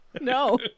No